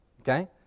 Okay